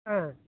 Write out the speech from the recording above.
ஆ